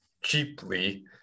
cheaply